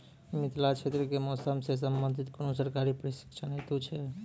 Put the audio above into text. मिथिला क्षेत्रक कि मौसम से संबंधित कुनू सरकारी प्रशिक्षण हेतु छै?